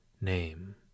name